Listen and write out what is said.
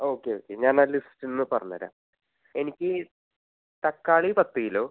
okay okay ഞാനെന്നാൽ ലിസ്റ്റിന്ന് പറഞ്ഞ് തരാം എനിക്ക് തക്കാളി പത്ത് കിലോ